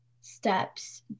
steps